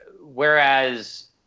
whereas